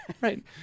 right